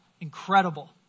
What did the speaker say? Incredible